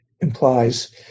implies